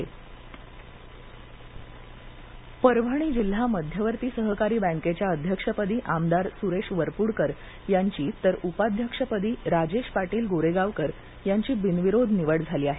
वरपडकर परभणी परभणी जिल्हा मध्यवर्ती सहकारी बँकेच्या अध्यक्षपदी आमदार सुरेश वरपुडकर यांची तर उपाध्यक्षपदी राजेश पाटील गोरेगावकर यांची बिनविरोध निवड झाली आहे